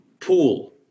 Pool